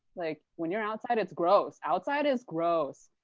like, when you're outside, it's gross. outside is gross.